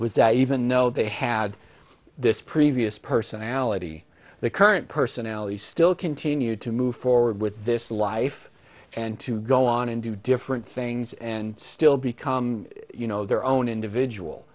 was that even though they had this previous personality the current personality still continued to move forward with this life and to go on and do different things and still become you know their own individual